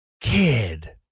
kid